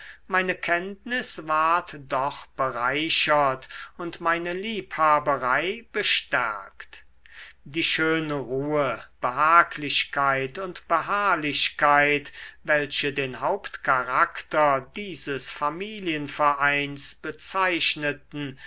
meine kenntnis ward doch bereichert und meine liebhaberei bestärkt die schöne ruhe behaglichkeit und beharrlichkeit welche den hauptcharakter dieses familienvereins bezeichneten